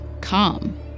calm